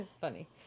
Funny